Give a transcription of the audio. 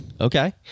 Okay